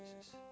Jesus